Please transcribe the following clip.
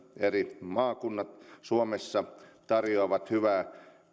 eri maakunnat suomessa tarjoavat hyvää